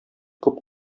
күп